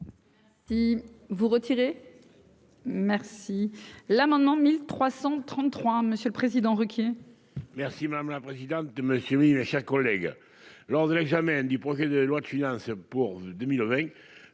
Si vous retirez merci. L'amendement 1333 monsieur le Président, Ruquier. Merci madame la présidente, monsieur oui, mes chers collègues, lors de l'examen du projet de loi de finances pour 2020,